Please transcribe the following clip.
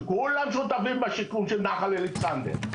שכולם שותפים שיקום של נחל אלכסנדר,